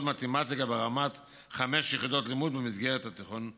מתמטיקה ברמת חמש יחידות לימוד במסגרת התיכון הווירטואלי.